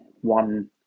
one